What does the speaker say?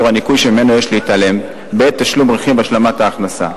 הניכוי שממנו יש להתעלם בעת תשלום רכיב השלמת ההכנסה.